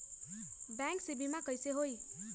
Bank से बिमा कईसे होई?